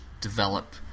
develop